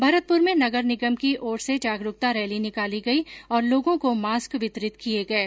भरतपुर में नगर निगम की ओर जागरूकता रैली निकाली गई और लोगों को मास्क वितरित किये गये